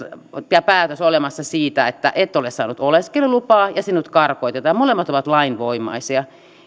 ja päätös olemassa siitä että et ole saanut oleskelulupaa ja sinut karkotetaan molemmat ovat lainvoimaisia